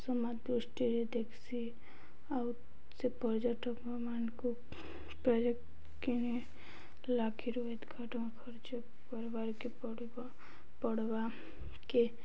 ସମାନ୍ ଦୃଷ୍ଟିରେ ଦେଖ୍ସି ଆଉ ସେ ପର୍ଯ୍ୟଟକମାନଙ୍କୁ ପ୍ରଜକ୍ କିଣି ଲକ୍ଷେରୁ ଏ ଘ ଟଙ୍କା ଖର୍ଚ୍ଚ କରବାକେ ପଡ଼ବ ପଡ଼୍ବା କି